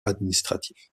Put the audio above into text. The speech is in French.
administratif